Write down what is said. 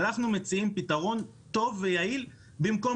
אנחנו מציעים פתרון טוב ויעיל במקום